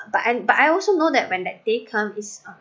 but I but I also know that when that day comes is um